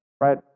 Right